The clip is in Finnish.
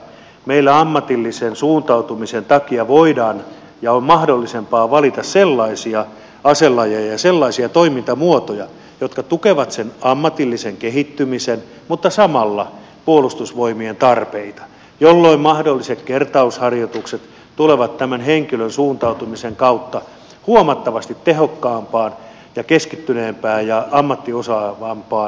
meillä ammatillisen suuntautumisen takia voidaan ja on mahdollisempaa valita sellaisia aselajeja ja sellaisia toimintamuotoja jotka tukevat sen ammatillisen kehittymisen mutta samalla puolustusvoimien tarpeita jolloin mahdolliset kertausharjoitukset tulevat tämän henkilön suuntautumisen kautta huomattavasti tehokkaampaan ja keskittyneempään ja ammattiosaavampaan toimintaan